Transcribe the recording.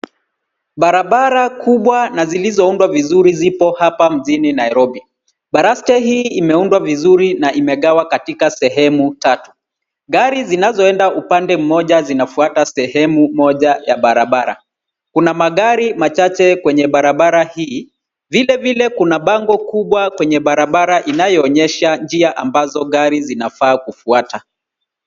Barabara kubwa na zilizoundwa vizuri zipo apa mjini Nairobi, baraste hii imeundwa vizuri na imegawa katika sehemu tatu, gari zinazoenda upande mmoja zinafuata sehemu moja ya barabara. Kuna magari machache kwenye barabara hii, vilevile kuna bango kwenye barabara inayoonyesha njia ambazo gari zinafaa kufuata.